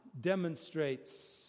demonstrates